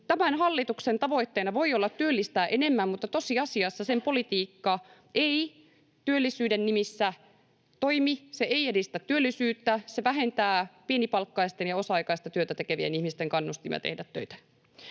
tämän hallituksen tavoitteena voi olla työllistää enemmän, mutta tosiasiassa sen politiikka ei työllisyyden nimissä toimi. Se ei edistä työllisyyttä, se vähentää pienipalkkaisten ja osa-aikaista työtä tekevien ihmisten kannustimia tehdä töitä.